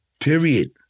Period